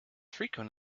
frequent